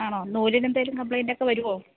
ആണോ നൂലിനെന്തെങ്കിലും കംപ്ലയിൻ്റ ഒക്കെ വരുമോ